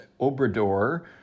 Obrador